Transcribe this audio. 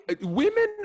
women